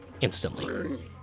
instantly